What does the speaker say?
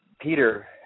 Peter